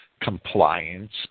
compliance